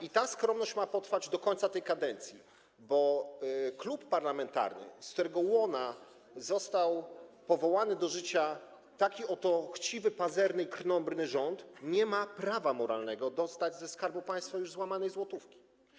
I ta skromność ma potrwać do końca tej kadencji, bo klub parlamentarny, z którego łona został powołany do życia taki oto chciwy, pazerny i krnąbrny rząd, nie ma już moralnego prawa dostać ze Skarbu Państwa złamanej złotówki.